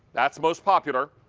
that's the most popular.